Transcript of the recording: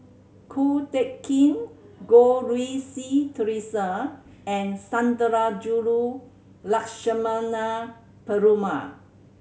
Ko Teck Kin Goh Rui Si Theresa and Sundarajulu Lakshmana Perumal